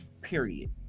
period